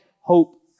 hope